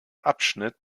abschnitt